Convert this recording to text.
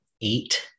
eight